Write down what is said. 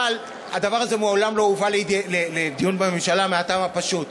אבל הדבר הזה מעולם לא הובא לדיון בממשלה מהטעם הפשוט,